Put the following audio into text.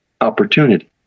Opportunity